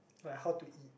like how to eat